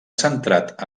centrat